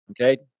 Okay